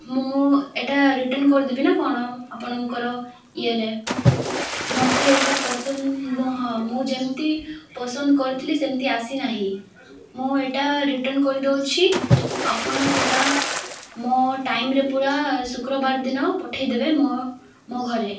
ମୁଁ ଏଇଟା ରିଟର୍ନ୍ କରିଦେବି ନା କ'ଣ ଆପଣଙ୍କର ଇଏରେ ମତେ ଏଇଟା ପସନ୍ଦ ନୁହଁ ମୁଁ ଯେମିତି ପସନ୍ଦ କରିଥିଲି ସେମିତି ଆସିନାହିଁ ମୁଁ ଏଇଟା ରିଟର୍ନ୍ କରିଦଉଛି ଆପଣ ସେଇଟା ମୋ ଟାଇମ୍ରେ ପୁରା ଶୁକ୍ରବାର ଦିନ ପଠେଇଦେବେ ମୋ ମୋ ଘରେ